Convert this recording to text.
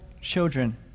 children